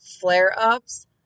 flare-ups